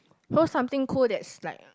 hold something cool that's like a